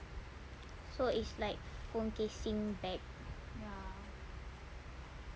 so is like phone casing bag